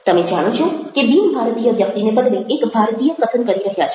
તમે જાણો છો કે બિન ભારતીય વ્યક્તિને બદલે એક ભારતીય કથન કરી રહ્યા છે